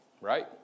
Right